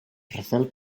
rafel